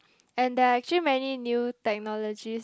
and there are actually many new technologies